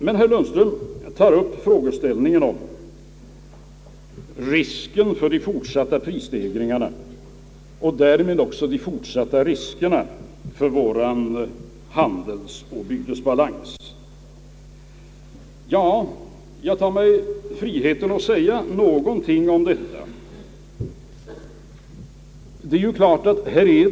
Herr Lundström diskuterar risken för fortsatta prisstegringar och därmed de fortsatta riskerna för vår handelsoch bytesbalans. Jag tar mig friheten att säga några ord beträffande den frågeställningen.